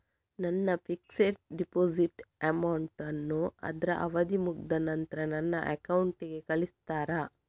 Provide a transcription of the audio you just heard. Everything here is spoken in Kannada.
ನನ್ನ ಫಿಕ್ಸೆಡ್ ಡೆಪೋಸಿಟ್ ಅಮೌಂಟ್ ಅನ್ನು ಅದ್ರ ಅವಧಿ ಮುಗ್ದ ನಂತ್ರ ನನ್ನ ಅಕೌಂಟ್ ಗೆ ಕಳಿಸ್ತೀರಾ?